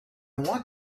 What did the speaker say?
want